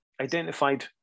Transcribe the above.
identified